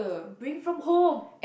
bring from home